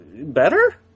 better